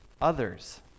others